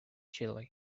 chile